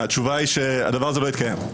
התשובה היא שהדבר הזה לא יתקיים.